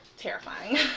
terrifying